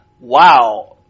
wow